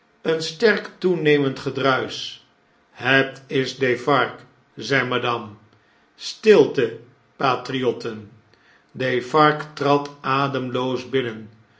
een sterk toenemeud gedruisch het is defarge zei madame stilte patriotten defarge trad ademloos binnen